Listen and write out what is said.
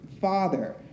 father